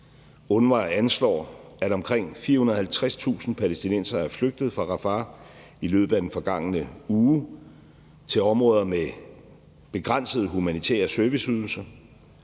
UNRWA anslår, at omkring 450.000 palæstinensere er flygtet fra Rafah i løbet af den forgangne uge til områder med begrænsede humanitære serviceydelser.